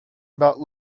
about